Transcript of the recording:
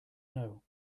know